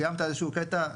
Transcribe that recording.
סיימת איזה שהוא קטע,